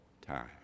time